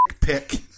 pick